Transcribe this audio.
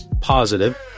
positive